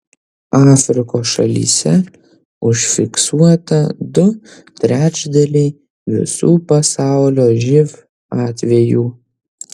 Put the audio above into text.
afrikos šalyse užfiksuota du trečdaliai visų pasaulio živ atvejų